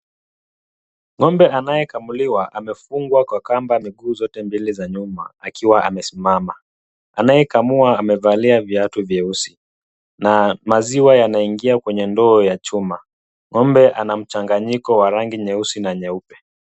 Ng'ombe anayekamuliwa, amefungwa kwa kamba miguu zote mbili za nyuma akiwa amesimama, anayekamua amevalia viatu vyeusi na maziwa yanaingia kwenye ndoo ya chuma, ng'ombe ana mchanganyiko wa rangi nyeusi na nyeupe.